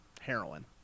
heroin